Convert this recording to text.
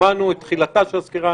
שמענו את תחילתה של הסקירה,